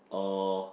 or